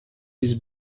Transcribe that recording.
his